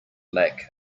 lack